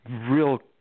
real